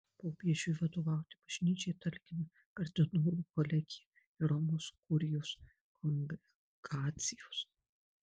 popiežiui vadovauti bažnyčiai talkina kardinolų kolegija ir romos kurijos kongregacijos